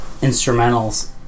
instrumentals